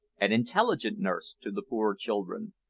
and intelligent nurse to the poor children,